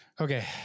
Okay